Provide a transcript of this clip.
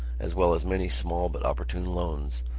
as well as many small, but opportune loans,